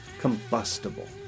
combustible